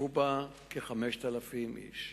השתתפו בה כ-5,000 איש.